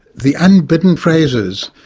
the unbidden phrases.